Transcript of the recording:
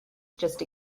just